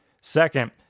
Second